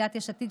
סיעת יש עתיד,